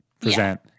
present